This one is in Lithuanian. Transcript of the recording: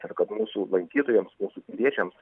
yra kad mūsų lankytojams mūsų piliečiams